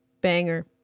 Banger